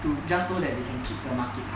to just so that they can keep your market ah